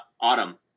Autumn